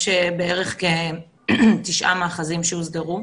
יש בערך תשעה מאחזים שהוסדרו.